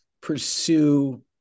pursue